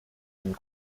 den